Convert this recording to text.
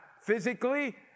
physically